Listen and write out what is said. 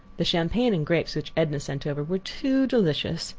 the champagne and grapes which edna sent over were too delicious.